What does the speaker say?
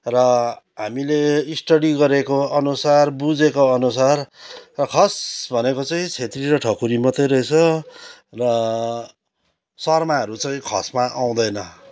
र हामीले स्टडी गरेको अनुसार बुझेको अनुसार र खस भनेको चाहिँ छेत्री र ठकुरी मात्रै रहेछ र शर्माहरू चाहिँ खसमा आउँदैन